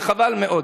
וחבל מאוד.